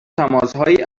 تماسهایی